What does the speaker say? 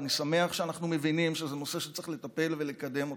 ואני שמח שאנחנו מבינים שזה נושא שצריך לטפל בו ולקדם אותו,